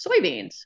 soybeans